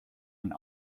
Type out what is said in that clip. and